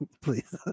Please